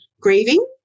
grieving